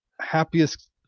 happiest